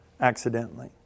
accidentally